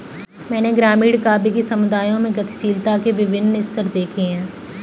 मैंने ग्रामीण काव्य कि समुदायों में गतिशीलता के विभिन्न स्तर देखे हैं